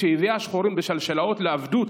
שהביאה שחורים בשלשלות לעבדות,